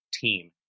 team